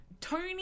Tony